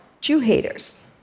Jew-haters